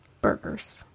burgers